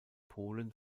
polen